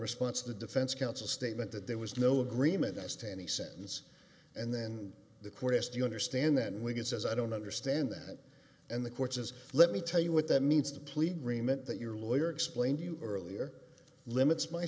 response to the defense counsel statement that there was no agreement as to any sentence and then the court asked do you understand then we get says i don't understand that and the courts has let me tell you what that means to plead remit that your lawyer explained you earlier limits my